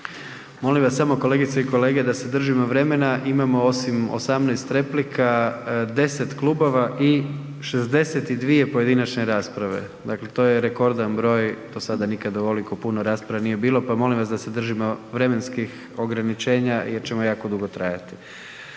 Molimo vas samo kolegice i kolege da se držimo vremena, imamo osim 18 replika 10 klubova i 62 pojedinačne rasprave. Dakle, to je rekordan broj, do sada nikada ovoliko puno rasprava nije bilo pa molim vas da se držimo vremenskim ograničenja jer ćemo jako dugo trajati.